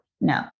No